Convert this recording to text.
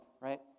right